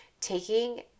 taking